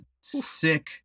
sick